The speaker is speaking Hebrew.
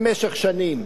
במשך שנים,